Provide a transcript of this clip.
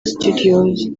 studios